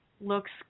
Looks